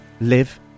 live